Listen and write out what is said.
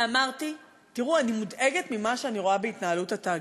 ואמרתי: אני מודאגת ממה שאני רואה בהתנהלות התאגיד.